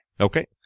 Okay